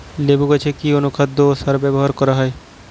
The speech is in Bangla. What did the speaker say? লেবু গাছে কি অনুখাদ্য ও সার ব্যবহার করা হয়?